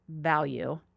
value